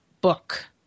book